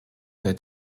seit